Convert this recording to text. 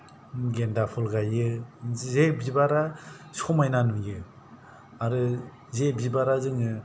गेन्दा फुल गायो जे बिबारा समायना नुयो आरो जे बिबारा जोङो